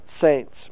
saints